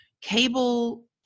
cable